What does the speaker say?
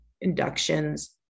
inductions